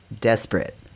desperate